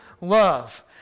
love